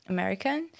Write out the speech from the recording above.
American